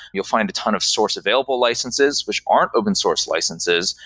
you'll find a ton of source available licenses, which aren't open source licenses.